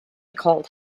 called